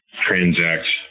Transact